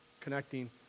connecting